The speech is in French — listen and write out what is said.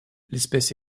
l’espèce